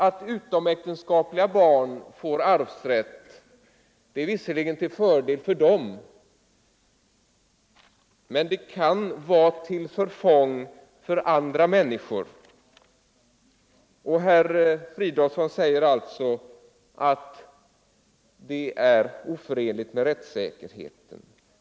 Att utomäktenskapliga barn får arvsrätt är visserligen till fördel för dem, men det kan vara till förfång för andra människor, och herr Fridolfsson säger att det är oförenligt med rättssäkerheten.